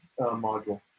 module